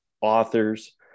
authors